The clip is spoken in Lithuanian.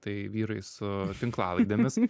tai vyrai su tinklalaidėmis